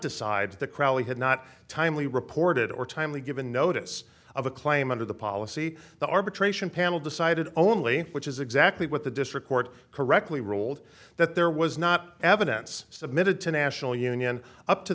decide the crowley had not timely reported or timely given notice of a claim under the policy the arbitration panel decided only which is exactly what the district court correctly ruled that there was not evidence submitted to national union up to